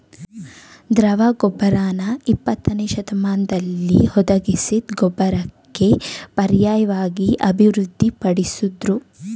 ದ್ರವ ಗೊಬ್ಬರನ ಇಪ್ಪತ್ತನೇಶತಮಾನ್ದಲ್ಲಿ ಹುದುಗಿಸಿದ್ ಗೊಬ್ಬರಕ್ಕೆ ಪರ್ಯಾಯ್ವಾಗಿ ಅಭಿವೃದ್ಧಿ ಪಡಿಸುದ್ರು